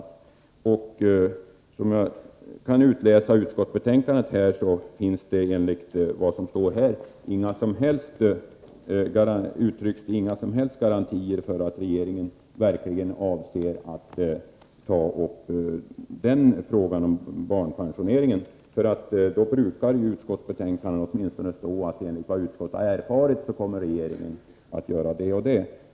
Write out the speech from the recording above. Såvitt jag kan se av utskottsbetänkandet finns inga som helst garantier för att regeringen verkligen avser att ta upp frågan om barnpensioneringen. Om det finns sådana garantier av något slag brukar det i utskottsbetänkandena heta att regeringen enligt vad utskottet erfarit kommer att göra det och det.